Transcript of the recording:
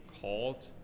called